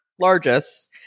largest